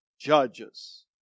Judges